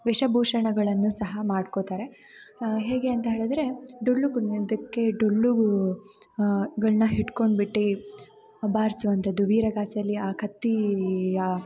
ವೇಷಭೂಷಣಗಳನ್ನು ಸಹ ಮಾಡ್ಕೋತಾರೆ ಹೇಗೆ ಅಂತ ಹೇಳಿದ್ರೆ ಡೊಳ್ಳು ಕುಣಿಯೋದಕ್ಕೆ ಡೊಳ್ಳಿಗೂ ಗಳನ್ನ ಹಿಡ್ಕೊಂಡ್ಬಿಟ್ಟು ಬಾರಿಸುವಂಥದ್ದು ವೀರಗಾಸೆಯಲ್ಲಿ ಆ ಕತ್ತಿಯ